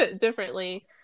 differently